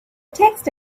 text